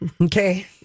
Okay